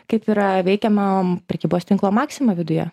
kaip yra veikiama prekybos tinklo maxima viduje